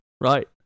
Right